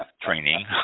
training